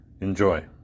Enjoy